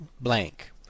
blank